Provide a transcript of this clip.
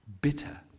bitter